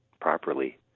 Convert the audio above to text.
properly